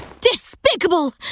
Despicable